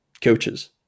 coaches